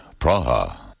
Praha